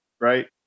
right